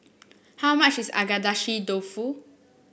how much is Agedashi Dofu